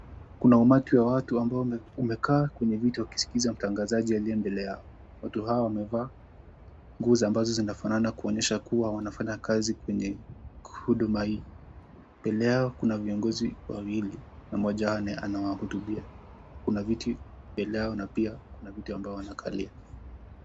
Kuna umati wa watu ambao umekaa kwenye viti wakiskiza mtangazaji aliye mbele yao. Watu hao wamevaa nguo ambazo zinafanana kuonyesha kuwa wanafanya kazi kwenye huduma hii. Mbele yao kuna viongozi wawili na moja wao anawahutubia. Kuna viti mbele yao na pia kuna viti ambao wanakalia.